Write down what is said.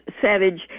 Savage